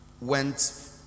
went